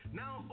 now